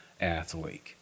athlete